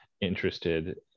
interested